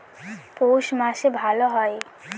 পৌষ মাসে ভালো হয়?